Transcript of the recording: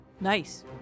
Nice